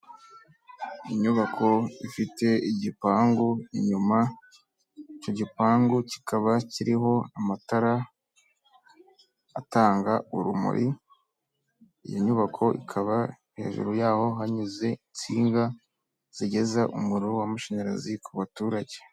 Inyubako ifite igipangu inyuma, icyo gipangu kikaba kiriho amatara atanga urumuri, iyi nyubako ikaba hejuru yaho hanyuze insinga zigeza umuriro w'amashanyarazi ku baturage.